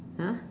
!huh!